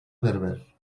berber